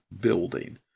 building